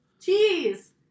Cheese